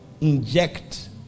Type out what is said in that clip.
inject